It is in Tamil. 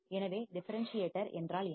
எனவே டிஃபரன்ஸ் சியேட்டர் என்றால் என்ன